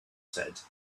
said